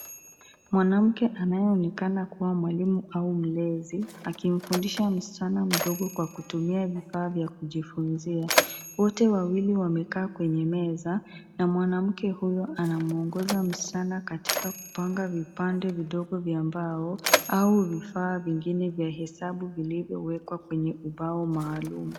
Mwanamke anayeonekana kuwa mwalimu au mlezi akimfundisha msichana mdogo kwa kutumia vifaa vya kujifunzia. Wote wawili wamekaa kwenye meza na mwanamke huyo anamwongoza msichana katika kupanga vipande vidogo vya mbao au vifaa vingine vya hesabu vilivyowekwa kwenye ubao maalum.